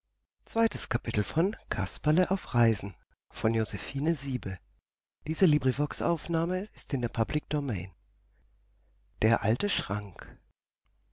der alte sagte